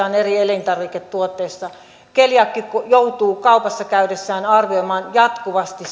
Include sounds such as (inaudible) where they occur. (unintelligible) on eri elintarviketuotteissa keliaakikko joutuu kaupassa käydessään arvioimaan jatkuvasti (unintelligible)